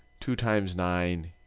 two times nine,